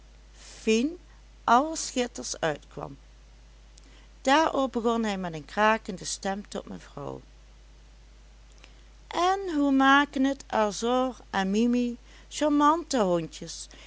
fine allerschitterendst uitkwam daarop begon hij met een krakende stem tot mevrouw en hoe maken het azor en mimi charmante hondjes